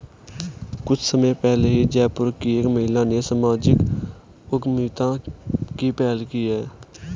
कुछ समय पहले ही जयपुर की एक महिला ने सामाजिक उद्यमिता की पहल की है